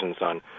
on